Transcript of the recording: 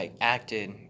acted